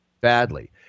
badly